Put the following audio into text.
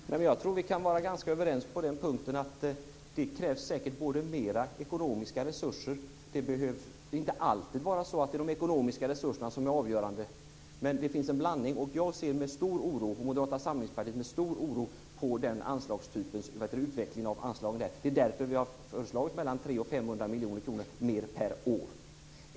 Fru talman! Jag tror att vi kan vara ganska överens om att det krävs mer ekonomiska resurser. Men det är inte alltid bara de ekonomiska resurserna som är avgörande. Det behövs en blandning. Jag och Moderata samlingspartiet ser med stor oro på utvecklingen av anslagen. Det är därför som vi har föreslagit 300-500 miljoner kronor mer per år.